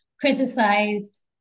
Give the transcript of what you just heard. criticized